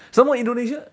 some more indonesia